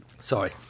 Sorry